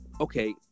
okay